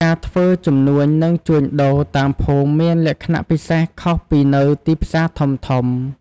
ការធ្វើជំនួញនិងជួញដូរតាមភូមិមានលក្ខណៈពិសេសខុសពីនៅទីផ្សារធំៗ។